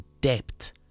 depth